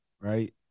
Right